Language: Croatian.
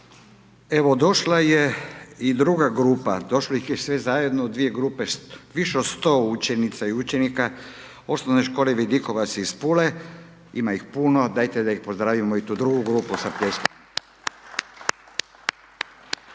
Evo došla je i druga grupa, došlo ih je sve zajedno u dvije grupe više od 100 učenica i učenika, O.Š. Vidikovac iz Pule, ima ih puno, dajte da ih pozdravimo i tu drugu grupu sa Pljeskom.